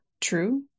true